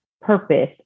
purpose